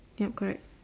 yup correct